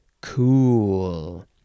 cool